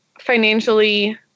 financially